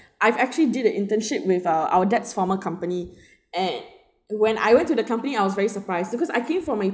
I've actually did a internship with uh our dad's former company and when I went to the company I was very surprised because I came from a